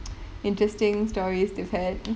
interesting stories they've had